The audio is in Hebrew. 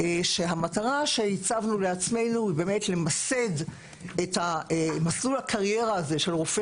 כשהמטרה שהצבנו לעצמנו היא למסד את מסלול הקריירה הזה של רופא